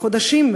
חודשים,